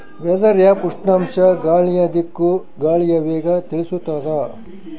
weather app ಉಷ್ಣಾಂಶ ಗಾಳಿಯ ದಿಕ್ಕು ಗಾಳಿಯ ವೇಗ ತಿಳಿಸುತಾದ